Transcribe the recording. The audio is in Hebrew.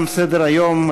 תם סדר-היום.